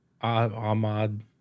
Ahmad